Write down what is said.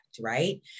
right